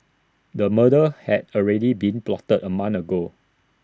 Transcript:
the murder had already been plotted A month ago